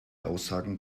aussagen